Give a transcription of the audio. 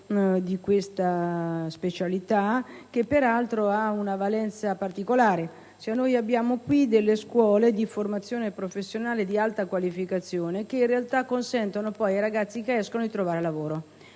di questa specialità che, peraltro, ha una valenza particolare, perché abbiamo qui delle scuole di formazione professionale di alta qualificazione, che in realtà consentono poi ai ragazzi di trovare lavoro,